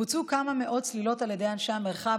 בוצעו כמה מאות צלילות על ידי אנשי המרחב,